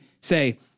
say